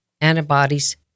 antibodies